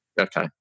Okay